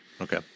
Okay